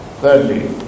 Thirdly